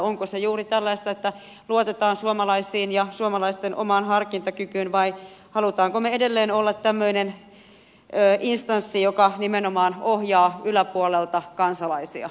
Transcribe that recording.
onko se juuri tällaista että luotetaan suomalaisiin ja suomalaisten omaan harkintakykyyn vai haluammeko me edelleen olla tämmöinen instanssi joka nimenomaan ohjaa yläpuolelta kansalaisia